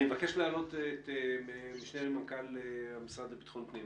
אני מבקש להעלות את המשנה למנכ"ל המשרד לביטחון פנים,